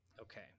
Okay